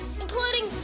including